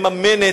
מממנת,